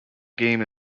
game